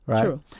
True